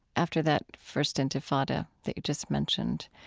after that first intifada that you just mentioned,